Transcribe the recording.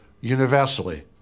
universally